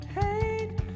hate